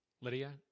Lydia